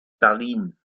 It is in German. berlin